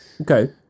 Okay